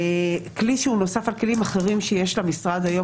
כלי שהוא נוסף על כלים אחרים שיש למשרד היום